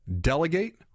delegate